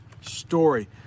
Story